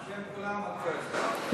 בשם כולם את כועסת,